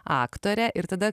aktore ir tada